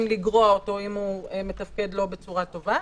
לגרוע אותו אם הוא מתפקד בצורה לא טובה,